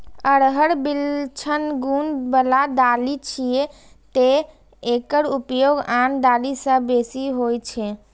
अरहर विलक्षण गुण बला दालि छियै, तें एकर उपयोग आन दालि सं बेसी होइ छै